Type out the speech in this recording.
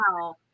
Wow